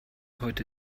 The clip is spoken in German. heute